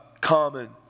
common